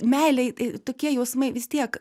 meilei tokie jausmai vis tiek